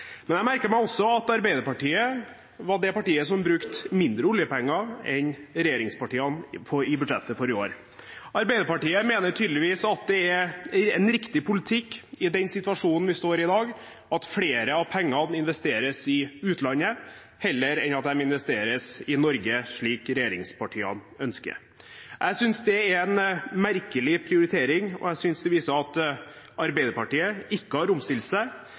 Men jeg merket meg også at Arbeiderpartiet var det partiet som brukte mindre oljepenger enn regjeringspartiene i budsjettet for i år. Arbeiderpartiet mener tydeligvis at det er en riktig politikk i den situasjonen vi står i i dag, at flere av pengene investeres i utlandet, heller enn at de investeres i Norge, slik regjeringspartiene ønsker. Jeg synes det er en merkelig prioritering, og jeg synes det viser at Arbeiderpartiet ikke har omstilt seg.